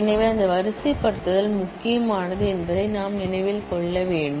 எனவே அந்த வரிசைப்படுத்துதல் முக்கியமானது என்பதை நாம் நினைவில் கொள்ள வேண்டும்